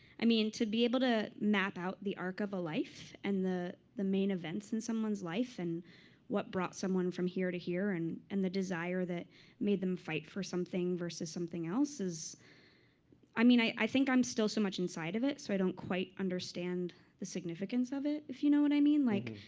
i mean, to be able to map out the arc of a life and the the main events in someone's life and what brought someone from here to here and and the desire that made them fight for something versus something else, is i mean, i i think i'm still so much inside of it, so i don't quite understand the significance of it, if you know what i mean. like,